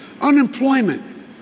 Unemployment